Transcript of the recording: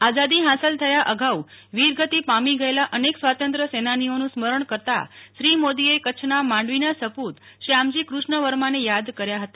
આઝાદી હાંસલ થયા અગાઉ વીરગતિ પામી ગયેલા અનેક સ્વાતંત્રય સેનાનીઓનું સ્મરણ કરતાં શ્રી મોદી એ કચ્છના માંડવીના સપૂત શ્યામજી કુષ્ણ વર્માને યાદ કર્યા હતા